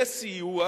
זה בדיוק סיוע